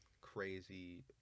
crazy